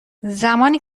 زمانی